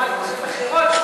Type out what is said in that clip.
לעומת כוסות אחרות,